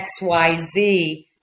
xyz